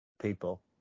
people